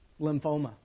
lymphoma